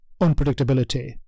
unpredictability